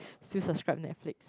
still subscribe Netflix